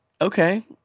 Okay